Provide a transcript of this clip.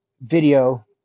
video